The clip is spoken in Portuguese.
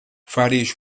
várias